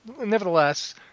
nevertheless